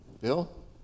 Bill